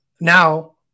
now